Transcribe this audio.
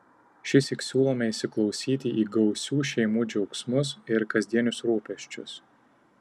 šįsyk siūlome įsiklausyti į gausių šeimų džiaugsmus ir kasdienius rūpesčius